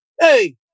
hey